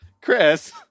chris